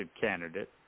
candidate